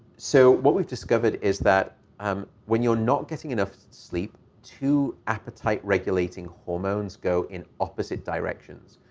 so what we've discovered is that um when you're not getting enough sleep, two appetite-regulating hormones go in opposite directions.